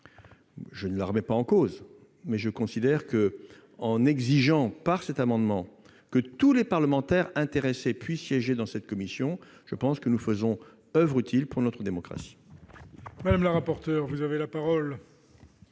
Je ne la remets pas en cause, mais je considère que, en exigeant, par cet amendement, que tous les parlementaires intéressés siègent dans cette commission, nous faisons ici oeuvre utile pour notre démocratie.